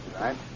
Right